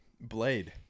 Blade